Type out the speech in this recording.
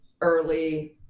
early